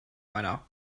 meiner